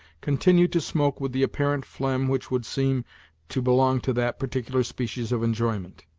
continued to smoke with the apparent phlegm which would seem to belong to that particular species of enjoyment.